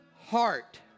heart